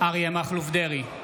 אריה מכלוף דרעי,